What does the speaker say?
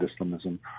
Islamism